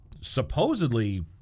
supposedly